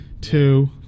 two